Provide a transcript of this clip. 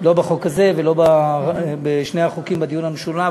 לא בחוק הזה ולא בשני החוקים בדיון המשולב.